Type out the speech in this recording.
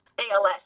ALS